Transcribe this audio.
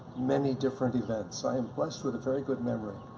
many different events. i am blessed with a very good memory.